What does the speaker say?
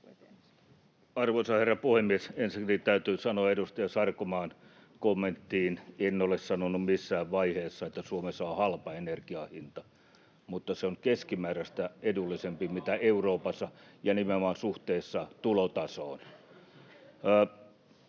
Arvoisa herra puhemies! Ensinnäkin täytyy sanoa edustaja Sarkomaan kommenttiin: en ole sanonut missään vaiheessa, että Suomessa on halpa energian hinta, mutta se on keskimääräistä edullisempi kuin Euroopassa ja nimenomaan suhteessa tulotasoon.